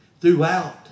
throughout